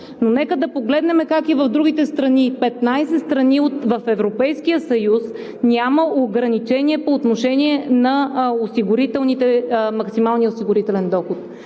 Но нека да погледнем как е и в другите страни – в 15 страни от Европейския съюз няма ограничение на максималния осигурителен доход.